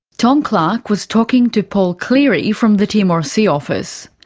tom clark was talking to paul cleary from the timor sea office.